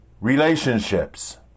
relationships